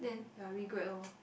ya regret loh